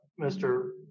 Mr